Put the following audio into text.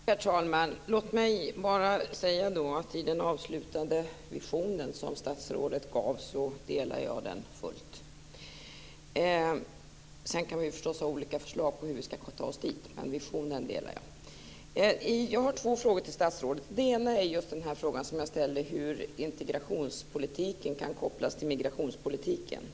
Herr talman! Låt mig bara säga att den avslutande vision som statsrådet gav uttryck för delar jag fullt ut. Vi kan förstås ha olika förslag på hur vi ska ta oss dit, men visionen delar jag. Jag har två frågor till statsrådet. Den ena är just den fråga som jag ställde tidigare, hur integrationspolitiken kan kopplas till migrationspolitiken.